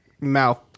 mouth